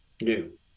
new